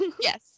Yes